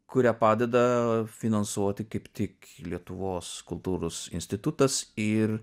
kurią padeda finansuoti kaip tik lietuvos kultūros institutas ir